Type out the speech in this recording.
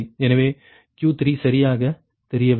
எனவே Q3 சரியாகத் தெரியவில்லை